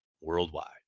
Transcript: worldwide